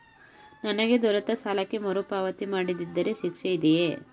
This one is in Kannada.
ನನಗೆ ದೊರೆತ ಸಾಲಕ್ಕೆ ಮರುಪಾವತಿ ಮಾಡದಿದ್ದರೆ ಶಿಕ್ಷೆ ಇದೆಯೇ?